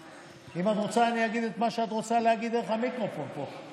אם את רוצה אני אגיד את מה שאת רוצה להגיד דרך המיקרופון פה.